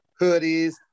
hoodies